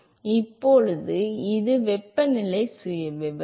எனவே இப்போது அது வெப்பநிலை சுயவிவரம்